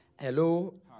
Hello